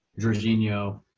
Jorginho